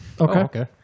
Okay